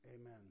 Amen